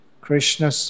Krishna